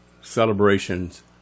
celebrations